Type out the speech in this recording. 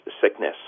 sickness